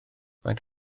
faint